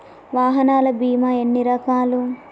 వాహనాల బీమా ఎన్ని రకాలు?